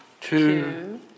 Two